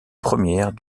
première